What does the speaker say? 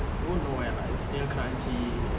don't where lah is near kranji